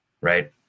right